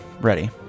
ready